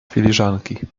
filiżanki